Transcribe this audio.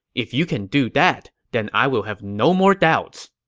if you can do that, then i will have no more doubts.